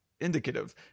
indicative